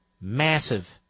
massive